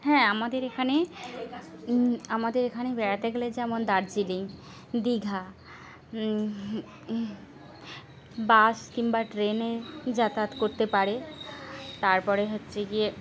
হ্যাঁ আমাদের এখানে আমাদের এখানে বেড়াতে গেলে যেমন দার্জিলিং দীঘা বাস কিংবা ট্রেনে যাতায়াত করতে পারে তারপরে হচ্ছে গিয়ে